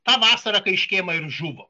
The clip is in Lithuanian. tą vasarą kai škėma ir žuvo